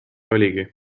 oligi